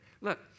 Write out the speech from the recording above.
Look